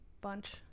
bunch